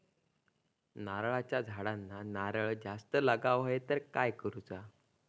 नारळाच्या झाडांना नारळ जास्त लागा व्हाये तर काय करूचा?